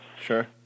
Sure